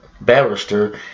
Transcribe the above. barrister